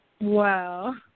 Wow